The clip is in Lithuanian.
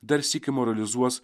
dar sykį moralizuos